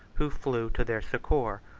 who flew to their succor,